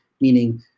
meaning